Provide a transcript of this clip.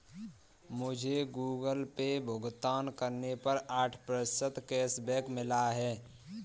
मुझे Google Pay भुगतान करने पर आठ प्रतिशत कैशबैक मिला है